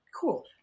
cool